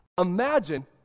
Imagine